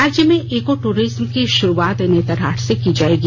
राज्य में eco tourism की भा़रूआत नेतरहाट से की जायेगी